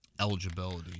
eligibility